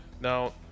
Now